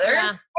others